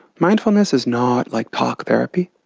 mindfulness is not like talk therapy.